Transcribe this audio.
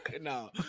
no